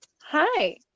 Hi